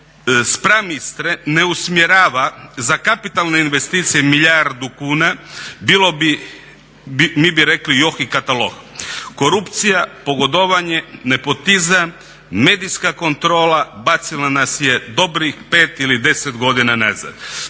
spram Istre ne usmjerava za kapitalne investicije milijardu kuna bilo bi, mi bi rekli joh i kataloh, korupcija, pogodovanje, nepotizam, medijska kontrola bacila nas je dobrih 5 ili 10 godina unazad.